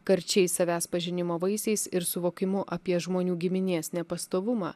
karčiais savęs pažinimo vaisiais ir suvokimu apie žmonių giminės nepastovumą